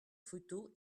fruteau